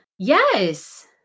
yes